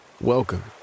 Welcome